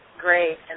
great